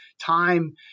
time